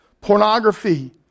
pornography